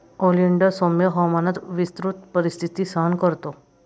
oleander सौम्य हवामानात विस्तृत परिस्थिती सहन करतो